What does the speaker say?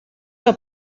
que